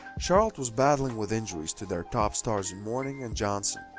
charlotte was battling with injuries to their top stars in mourning and johnson.